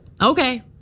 okay